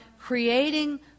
creating